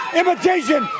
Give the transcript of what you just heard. imitation